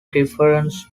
reference